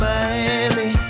Miami